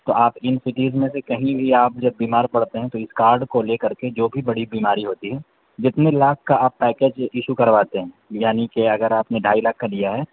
تو آپ ان سٹیز میں سے کہیں بھی آپ جب بیمار پڑتے ہیں تو اس کارڈ کو لے کر کے جو بھی بڑی بیماری ہوتی ہے جتنے لاکھ کا آپ پیکیج ایشو کرواتے ہیں یعنی کہ اگر آپ نے ڈھائی لاکھ کا لیا ہے